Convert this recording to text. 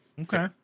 Okay